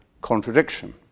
contradiction